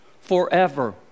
forever